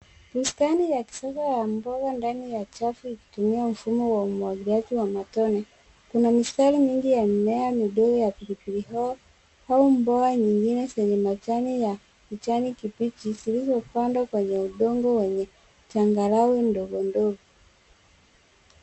Bustani ya kisasa ya mboga ndani ya chafu ikitumiwa mfumo wa umwagiliaji wa matone. Kuna mistari mingi ya mimea midogo ya pilipili hoho au mboga nyingine zenye majani ya kijani kibichi zilizopandwa kwenye udongo wenye changarawe ndogondogo.